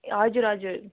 हजुर हजुर